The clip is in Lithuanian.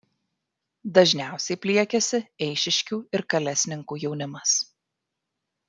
dažniausiai pliekiasi eišiškių ir kalesninkų jaunimas